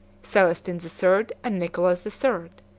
celestin the third and nicholas the third,